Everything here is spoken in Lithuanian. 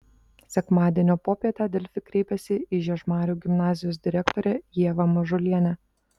sekmadienio popietę delfi kreipėsi į žiežmarių gimnazijos direktorę ievą mažulienę